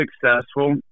successful